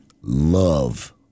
love